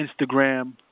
Instagram